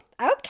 okay